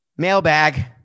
Mailbag